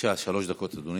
בבקשה, שלוש דקות לאדוני.